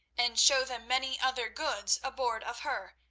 and show them many other goods aboard of her,